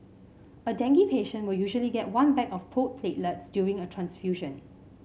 a dengue patient will usually get one bag of pooled platelets during a transfusion